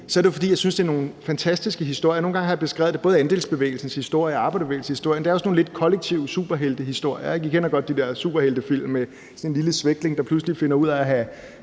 – er det jo, fordi jeg synes, det er nogle fantastiske historier. Jeg har både beskrevet andelsbevægelsens historie og arbejderbevægelsens historie, og det er jo sådan lidt nogle kollektive superheltehistorier. Vi kender godt de der superheltefilm om en lille svækling, der pludselig finder ud af at have